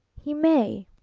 he may!